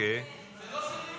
זה לא של רביבו.